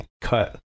cut